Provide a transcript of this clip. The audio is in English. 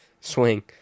swing